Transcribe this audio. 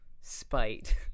spite